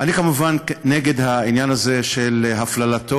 אני כמובן נגד העניין הזה של הפללתו